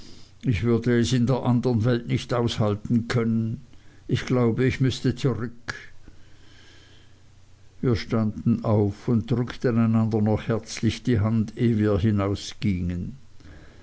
ich würde es in der andern welt nicht aushalten können ich glaube ich müßte zurück wir standen auf und drückten einander noch herzlich die hand ehe wir